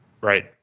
Right